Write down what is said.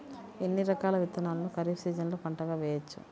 ఎన్ని రకాల విత్తనాలను ఖరీఫ్ సీజన్లో పంటగా వేయచ్చు?